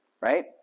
right